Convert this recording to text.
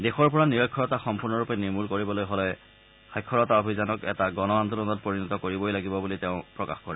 দেশৰ পৰা নিৰক্ষৰতা সম্পূৰ্ণৰূপে নিৰ্মল কৰিবলৈ হ'লে সাক্ষৰতা অভিযানক এটা গণ আন্দোলনত পৰিণত কৰিবই লাগিব বুলিও তেওঁ প্ৰকাশ কৰে